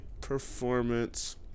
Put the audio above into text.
Performance